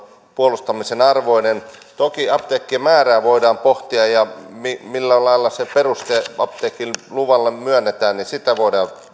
puolustamisen arvoinen toki apteekkien määrää voidaan pohtia ja sitä millä lailla se peruste apteekkiluvalle myönnetään voidaan